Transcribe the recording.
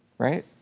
right?